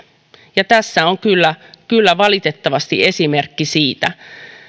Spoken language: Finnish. ja tässä on kyllä kyllä valitettavasti esimerkki siitä